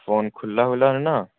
phone खु'ल्ला वु'ल्ला निं ना